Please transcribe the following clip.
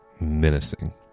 menacing